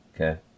Okay